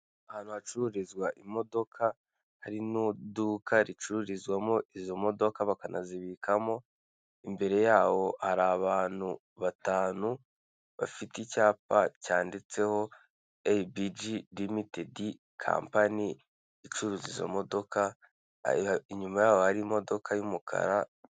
Ahantu hacururizwa imodoka hari n'iduka ricuruza kandi ribikamo izo modoka. Imbere yaho, hari abantu batanu bafite icyapa cyanditseho "Abig Deltd Company", icuruza izo modoka. Inyuma yabo, hari imodoka y'umukara.